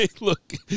look